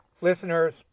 Listeners